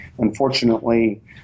Unfortunately